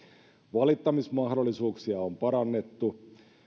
valittamismahdollisuuksia on parannettu